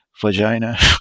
Vagina